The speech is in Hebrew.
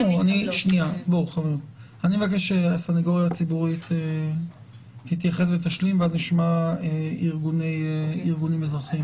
אני מבקש שהסנגוריה הציבורית תתייחס ותשלים ואז נשמע ארגונים אזרחיים.